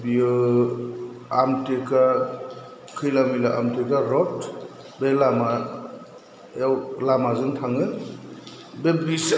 बियो आमथेखा खैला मैला आमथेखा रद बे लामायाव लामाजों थाङो बे ब्रिस